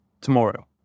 tomorrow